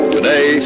Today